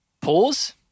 Pause